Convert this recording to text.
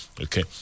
Okay